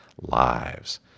lives